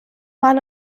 mal